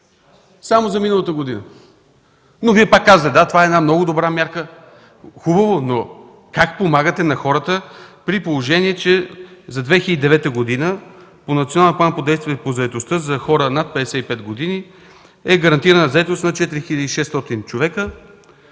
само за миналата година! Обаче Вие пак казвате, че това е една много добра мярка. Хубаво, но как помагате на хората, при положение че за 2009 г. по Националния план по действие по заетостта за хора над 55 години е гарантирана заетост на 4600 човека,